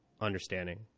understanding